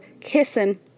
kissing